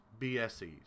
BSEs